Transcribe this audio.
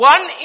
One